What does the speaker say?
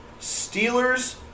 Steelers